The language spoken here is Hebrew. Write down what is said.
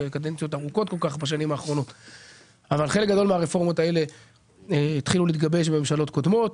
חלק גדול מהרפורמות פה התחילו להתגבש בממשלות קודמות,